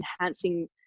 enhancing